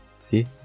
See